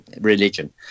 Religion